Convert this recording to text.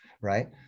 right